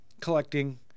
collecting